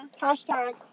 Hashtag